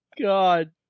God